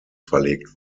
verlegt